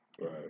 Right